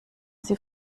sie